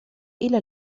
إلى